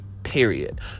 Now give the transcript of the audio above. Period